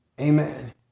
amen